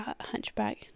Hunchback